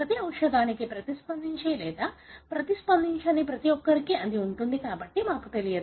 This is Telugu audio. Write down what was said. ప్రతి ఔషధానికి ప్రతిస్పందించే లేదా ప్రతిస్పందించని ప్రతి ఒక్కరికీ అది ఉంది కాబట్టి మాకు తెలియదు